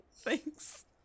thanks